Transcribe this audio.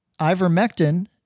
ivermectin